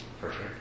perfect